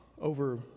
over